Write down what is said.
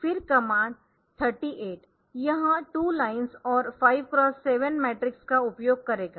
फिर कमांड 38 यह 2 लाइन्स और 5 x 7 मॅट्रिक्स का उपयोग करेगा